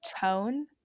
tone